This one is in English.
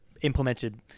implemented